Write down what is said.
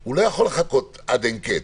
הוא לא יכול לחכות עד אין קץ.